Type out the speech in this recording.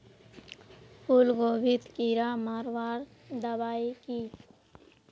फूलगोभीत कीड़ा मारवार दबाई की?